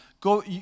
Go